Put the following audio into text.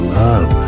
love